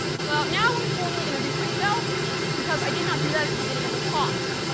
so, now let me formally introduce myself because i did not do that at the beginning of the talk.